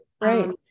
right